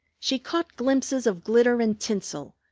she caught glimpses of glitter and tinsel,